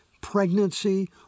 pregnancy